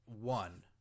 one